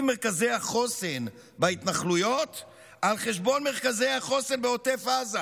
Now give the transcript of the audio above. מרכזי החוסן בהתנחלויות על חשבון מרכזי החוסן בעוטף עזה.